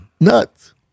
Nuts